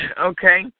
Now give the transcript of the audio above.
Okay